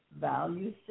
value